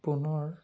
পুনৰ